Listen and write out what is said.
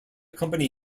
company